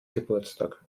geburtstag